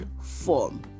form